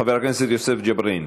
חבר הכנסת יוסף ג'בארין,